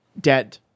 Dead